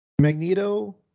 Magneto